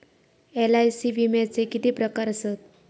LIC विम्याचे किती प्रकार आसत?